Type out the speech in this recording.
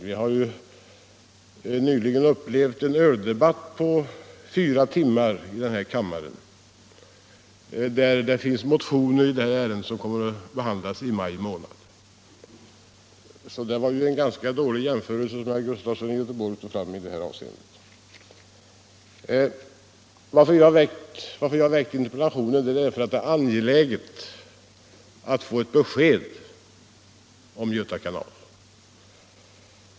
Vi har nyss upplevt en öldebatt på fyra timmar i kammaren, trots att det finns motioner i den frågan som kommer att behandlas i maj månad. Det var alltså ett grundlöst påstående som herr Gustafson gjorde i detta avseende. Anledningen till att jag framställde min interpellation var att det är angeläget att få ett besked om Göta kanal.